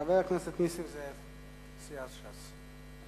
חבר הכנסת נסים זאב מסיעת ש"ס.